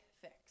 fix